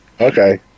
Okay